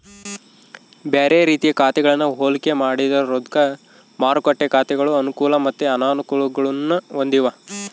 ಬ್ಯಾರೆ ರೀತಿಯ ಖಾತೆಗಳನ್ನ ಹೋಲಿಕೆ ಮಾಡಿದ್ರ ರೊಕ್ದ ಮಾರುಕಟ್ಟೆ ಖಾತೆಗಳು ಅನುಕೂಲ ಮತ್ತೆ ಅನಾನುಕೂಲಗುಳ್ನ ಹೊಂದಿವ